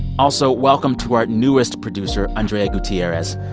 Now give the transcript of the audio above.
also, welcome to our newest producer, andrea gutierrez.